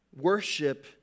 Worship